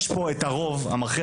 יש פה את הרוב המכריע,